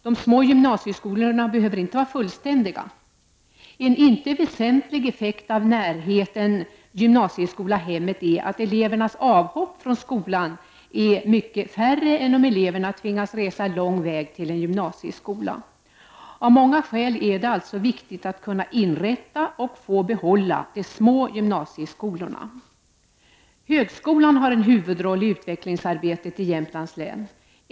De små gymnasieskolorna behöver inte vara fullständiga. En inte oväsentlig effekt av närheten gymnasieskola-hemmet är att elevernas avhopp från skolan är mycket färre än om eleverna tvingas resa lång väg till en gymnasieskola. Av många skäl är det alltså viktigt att kunna inrätta och få behålla de små gymnasieskolorna. Högskolan har en huvudroll i utvecklingsarbetet i Jämtlands län.